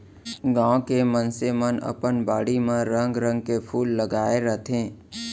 गॉंव के मनसे मन अपन बाड़ी म रंग रंग के फूल लगाय रथें